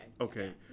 Okay